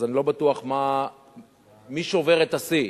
אז אני לא בטוח מי שובר את השיא,